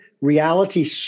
reality